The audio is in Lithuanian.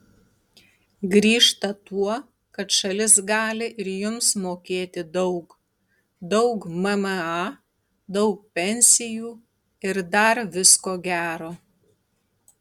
grįžta tuo kad šalis gali ir jums mokėti daug daug mma daug pensijų ir dar visko gero